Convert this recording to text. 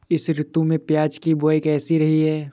इस ऋतु में प्याज की बुआई कैसी रही है?